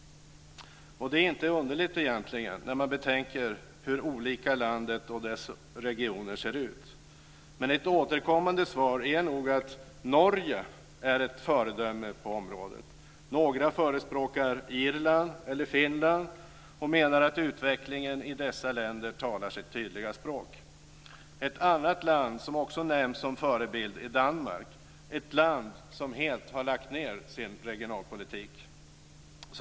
Och det är inte underligt egentligen, när man betänker hur olika landet och dess regioner ser ut. Ett återkommande svar är nog att Norge är ett föredöme på området. Några förespråkar Irland eller Finland och menar att utvecklingen i dessa länder talar sitt tydliga språk. Ett annat land som också nämns som förebild är Danmark - ett land som helt har lagt ned sin regionalpolitik.